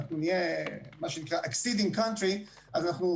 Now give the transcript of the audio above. ונהיה מה שנקרא "acceding country" מדינה